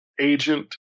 agent